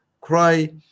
cry